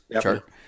Chart